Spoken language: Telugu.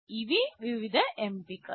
ఇవి వివిధ ఎంపికలు